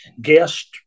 guest